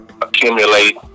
accumulate